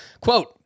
Quote